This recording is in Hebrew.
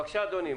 בבקשה, אדוני.